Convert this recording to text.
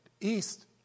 east